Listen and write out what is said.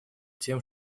тем